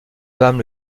femme